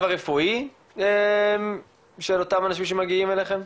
הרפואי של אותם אנשים שמגיעים אליכם?